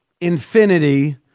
infinity